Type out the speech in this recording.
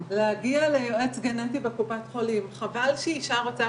חשפתי את הבחירה שלי לעבור כריתה מניעתית כשהייתי פה,